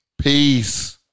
Peace